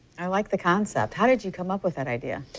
i like the concept. how did you come up with that idea?